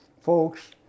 folks